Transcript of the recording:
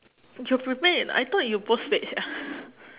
is you prepaid I thought you postpaid sia